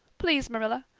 please, marilla,